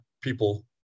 people